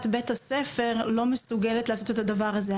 בית הספר לא מסוגלת לעשות את הדבר הזה.